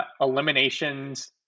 eliminations